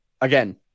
again